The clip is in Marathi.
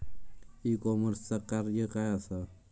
ई कॉमर्सचा कार्य काय असा?